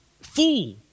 fool